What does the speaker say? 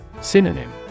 Synonym